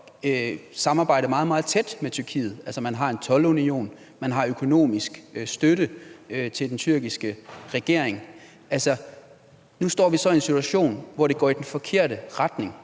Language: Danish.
samarbejde meget, meget tæt med Tyrkiet – man har en toldunion, man har økonomisk støtte til den tyrkiske regering – og nu står vi så i en situation, hvor det går i den forkerte retning.